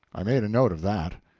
i made a note of that.